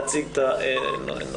אני אציג את מסגרת הדיון.